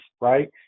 right